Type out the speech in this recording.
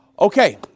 Okay